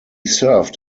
served